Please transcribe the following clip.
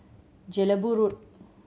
Jelebu Road